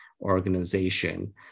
organization